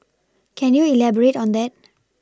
can you elaborate on that